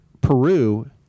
Peru